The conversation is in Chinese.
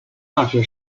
大学